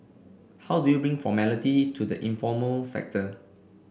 how do you bring formality to the informal sector